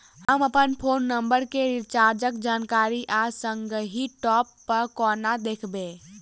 हम अप्पन phone number केँ रिचार्जक जानकारी आ संगहि टॉप अप कोना देखबै?